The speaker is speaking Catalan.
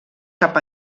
cap